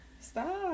Stop